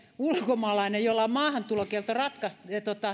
ulkomaalainen jolle on maahantulokielto rätkäisty